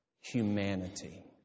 Humanity